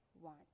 want